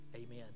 Amen